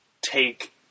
take